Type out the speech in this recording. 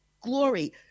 glory